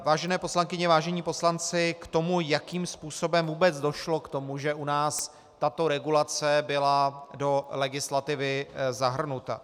Vážené poslankyně, vážení poslanci, k tomu, jakým způsobem vůbec došlo k tomu, že u nás tato regulace byla do legislativy zahrnuta.